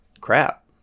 crap